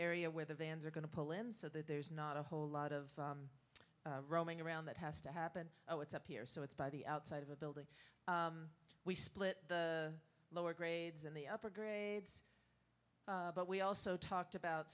area where the vans are going to pull in so that there's not a whole lot of roaming around that has to happen oh it's up here so it's by the outside of a building we split the lower grades in the upper grades but we also talked about